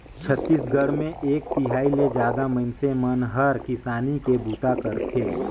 छत्तीसगढ़ मे एक तिहाई ले जादा मइनसे मन हर किसानी के बूता करथे